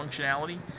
functionality